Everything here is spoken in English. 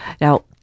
Now